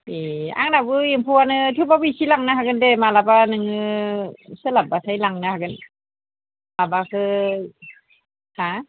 एह आंनावबो एम्फौआनो थेवबाबो एसे लांनो हागोन दे मालाबा नोङो सोलाबबाथाय लांनो हागोन माबाखौ हा